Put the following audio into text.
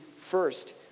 first